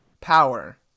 power